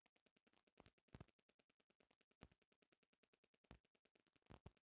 एइके बहुत जगह खाए मे भी इस्तेमाल करल जाला